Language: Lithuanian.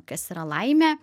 kas yra laimė